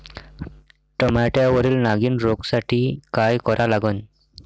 टमाट्यावरील नागीण रोगसाठी काय करा लागन?